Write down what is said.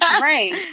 Right